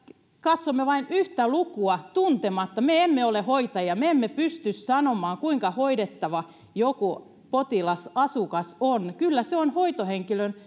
katsomme vain yhtä lukua tuntematta me emme ole hoitajia me emme pysty sanomaan kuinka hoidettava joku potilas asukas on kyllä se on hoitohenkilöstön